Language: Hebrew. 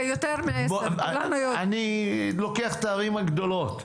אני מתייחס לערים הגדולות.